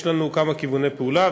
יש לנו כמה כיווני פעולה,